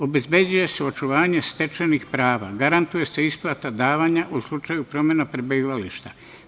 Obezbeđuje se očuvanje stečenih prava, garantuje se isplata davanja u slučaju promena prebivališta.